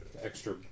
extra